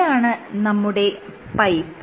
ഇതാണ് നമ്മുടെ പൈപ്പ്